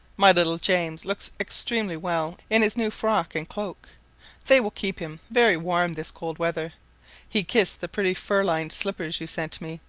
my little james looks extremely well in his new frock and cloak they will keep him very warm this cold weather he kissed the pretty fur-lined slippers you sent me,